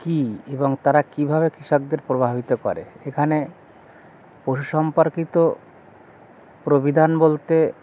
কী এবং তারা কীভাবে কৃষকদের প্রভাবিত করে এখানে পশু সম্পর্কিত প্রভিধান বলতে